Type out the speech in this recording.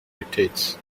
dictates